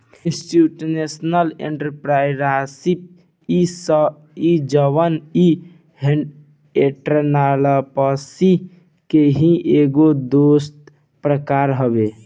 institutional entrepreneurship इ जवन ह एंटरप्रेन्योरशिप के ही एगो दोसर प्रकार हवे